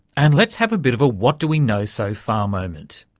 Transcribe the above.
and let's have a bit of a what do we know so far moment.